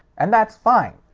and that's fine.